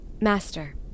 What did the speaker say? Master